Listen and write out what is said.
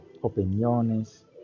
opiniones